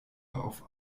auf